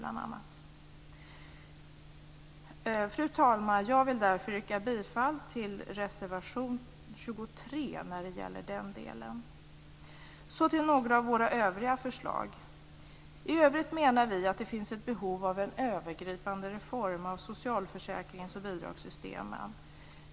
Fru talman! Jag vill därför yrka bifall till reservation 23 när det gäller den delen. Jag går så över till några av våra övriga förslag. I övrigt menar vi att det finns ett behov av en övergripande reform av socialförsäkrings och bidragssystemen.